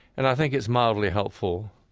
and i think it's mildly helpful,